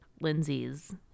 Lindsay's